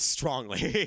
Strongly